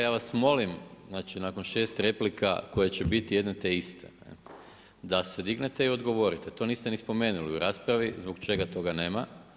Ja vas molim, znači nakon 6 replika koje će biti jedne te iste da se dignete i odgovorite, to niste ni spomenuli u raspravi, zbog čega toga nema.